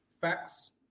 Facts